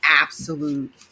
absolute